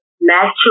natural